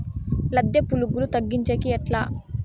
లద్దె పులుగులు తగ్గించేకి ఎట్లా?